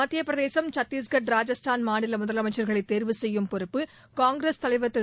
மத்தியப் பிரதேசம் சத்திஷ்கர் ராஜஸ்தான் மாநில முதலமைச்சர்களை தேர்வு செய்யும் பொறுப்பு காங்கிரஸ் தலைவர் திரு